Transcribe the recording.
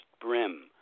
brim